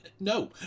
No